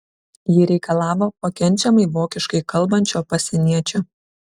ji reikalavo pakenčiamai vokiškai kalbančio pasieniečio